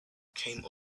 came